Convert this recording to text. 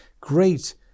great